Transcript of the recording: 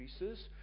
increases